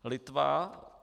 Litva.